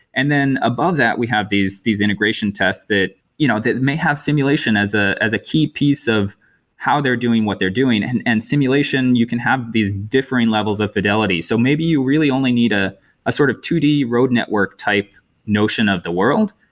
and then above that, we have these these integration tests that you know that may have simulation as a key key piece of how they're doing what they're doing. and and simulation, you can have these differing levels of fidelity. so maybe you really only need ah a sort of two d road network type notion of the world.